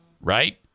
right